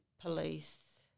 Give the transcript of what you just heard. police